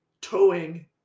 towing